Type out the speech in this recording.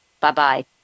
Bye-bye